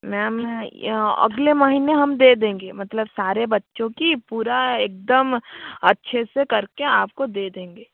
ma'am मैं अगले महीने हम दे देंगे मतलब सारे बच्चों की पूरा एकदम अच्छे से करके आपको दे देंगे